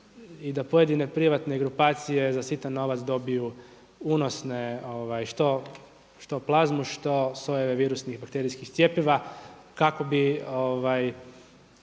i da pojedine privatne grupacije za sitan novac dobiju unosne, što plazmu, što sojeve virusnih bakterijskih cjepiva kako bi